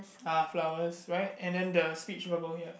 ah flowers right and then the speech bubble here